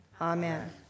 Amen